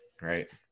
right